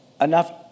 Enough